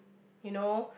you know